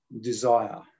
desire